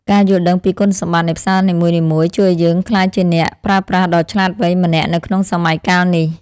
ការយល់ដឹងពីគុណសម្បត្តិនៃផ្សារនីមួយៗជួយឱ្យយើងក្លាយជាអ្នកប្រើប្រាស់ដ៏ឆ្លាតវៃម្នាក់នៅក្នុងសម័យកាលនេះ។